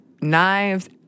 knives